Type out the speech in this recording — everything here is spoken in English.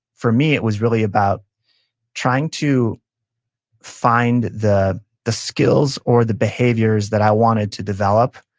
for me, it was really about trying to find the the skills or the behaviors that i wanted to develop,